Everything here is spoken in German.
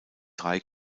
drei